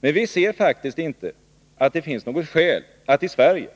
Men vi ser inte att det finns något skäl för att i Sverige